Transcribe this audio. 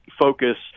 focus